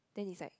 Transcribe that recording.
then is like